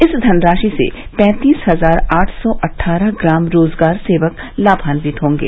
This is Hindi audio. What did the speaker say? इस धनराशि से पैंतीस हजार आठ सौ अट्ठारह ग्राम रोजगार सेवक लाभान्वित होंगे